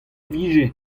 vije